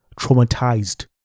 traumatized